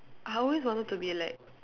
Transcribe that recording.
I always wanted to be like